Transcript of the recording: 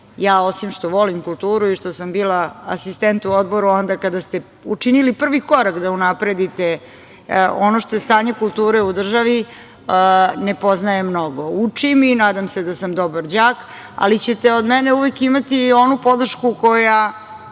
Osim što volim kulturu i što sam bila asistent u odboru onda kada ste učinili prvi korak da unapredite ono što je stanje kulture u državi, ja ne poznajem mnogo. Učim i nadam se da sam dobar đak, ali ćete od mene uvek imati onu podršku koja